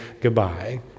goodbye